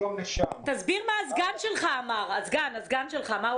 תסביר מה הסגן שלך אמר, מה הוא